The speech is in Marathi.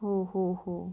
हो हो हो